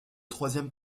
troisième